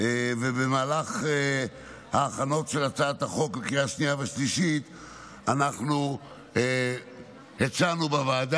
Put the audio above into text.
ובמהלך ההכנות של הצעת החוק לקריאה השנייה והשלישית אנחנו הצענו בוועדה,